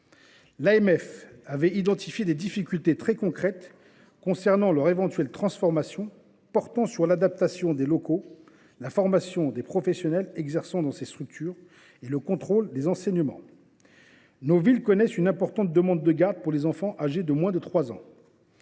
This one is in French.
L’AMF avait identifié les difficultés très concrètes que poserait l’éventuelle transformation des jardins d’enfants, notamment en ce qui concerne l’adaptation des locaux, la formation des professionnels exerçant dans ces structures et le contrôle des enseignements. Nos villes connaissent une importante demande de gardes pour les enfants âgés de moins de 3 ans.